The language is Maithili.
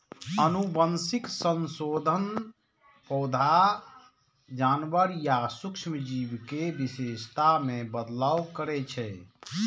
आनुवंशिक संशोधन पौधा, जानवर या सूक्ष्म जीव के विशेषता मे बदलाव करै छै